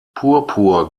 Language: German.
purpur